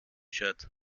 shirt